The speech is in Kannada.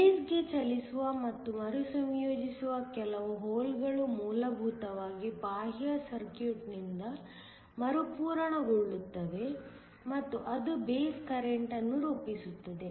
ಬೇಸ್ಗೆ ಚಲಿಸುವ ಮತ್ತು ಮರುಸಂಯೋಜಿಸುವ ಕೆಲವು ಹೋಲ್ಗಳು ಮೂಲಭೂತವಾಗಿ ಬಾಹ್ಯ ಸರ್ಕ್ಯೂಟ್ನಿಂದ ಮರುಪೂರಣಗೊಳ್ಳುತ್ತವೆ ಮತ್ತು ಅದು ಬೇಸ್ ಕರೆಂಟ್ ಅನ್ನು ರೂಪಿಸುತ್ತದೆ